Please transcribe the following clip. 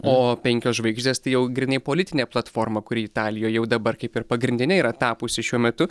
o penkios žvaigždės tai jau grynai politinė platforma kuri italijoje jau dabar kaip ir pagrindine yra tapusi šiuo metu